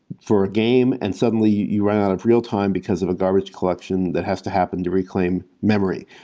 for a game and suddenly, you run out of real-time because of a garbage collection that has to happen to reclaim memory,